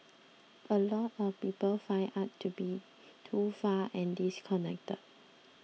a lot of people find art to be too far and disconnected